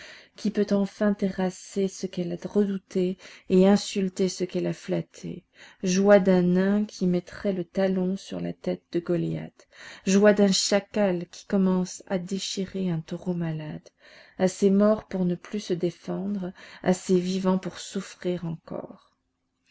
qui peut enfin terrasser ce qu'elle a redouté et insulter ce qu'elle a flatté joie d'un nain qui mettrait le talon sur la tête de goliath joie d'un chacal qui commence à déchirer un taureau malade assez mort pour ne plus se défendre assez vivant pour souffrir encore